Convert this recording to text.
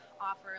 offer